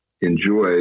enjoy